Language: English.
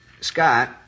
Scott